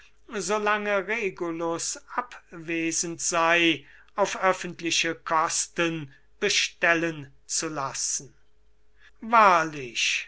lange regulus abwesend sei auf öffentliche kosten bestellen zu lassen wahrlich